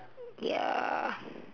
ya